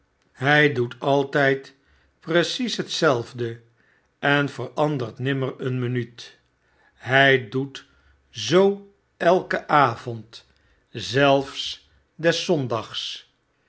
hij doet altyd precies hetzelfde en verandert nimmer een minuut hjj doet zoo elken avond zelfs des zondags